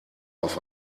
auf